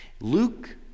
Luke